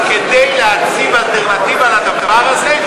כדי להציב אלטרנטיבה לדבר הזה,